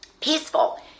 peaceful